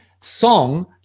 song